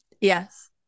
Yes